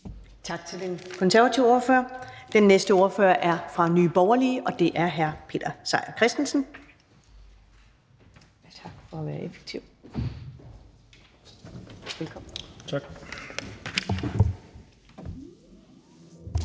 Tak til den konservative ordfører. Næste ordfører er fra Nye Borgerlige, og det er hr. Peter Seier Christensen. Værsgo. Kl.